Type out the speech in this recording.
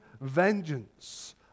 vengeance